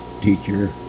teacher